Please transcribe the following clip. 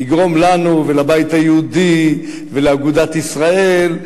תגרום לנו ולבית היהודי ולאגודת ישראל,